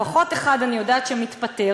לפחות אחד אני יודעת שמתפטר,